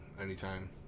anytime